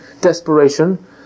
desperation